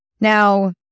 Now